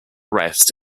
rest